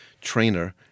trainer